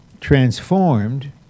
transformed